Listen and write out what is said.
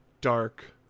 dark